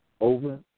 over